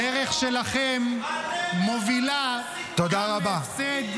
אתם נתתם לסנוואר מיליארד וחצי דולר --- תודה רבה.